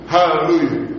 Hallelujah